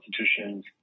institutions